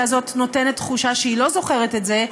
הזאת נותנת תחושה שהיא לא זוכרת את זה,